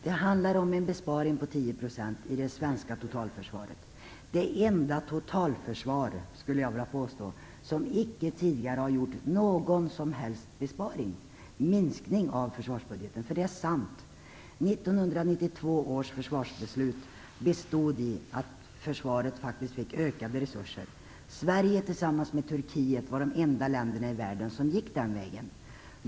Det handlar om en besparing på 10 % i det svenska totalförsvaret, det enda totalförsvar som icke tidigare har gjort någon som helst minskning i försvarsbudgeten. Det är sant. 1992 års försvarsbeslut bestod i att försvaret faktiskt fick ökade resurser. Sverige tillsammans med Turkiet var de enda länder i världen som gick den vägen.